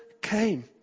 came